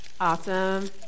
Awesome